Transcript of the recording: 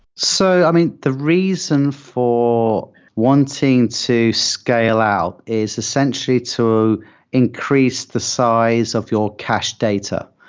so i mean, the reason for wanting to scale out is essentially to increase the size of your cache data.